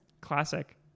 Classic